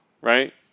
Right